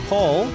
Paul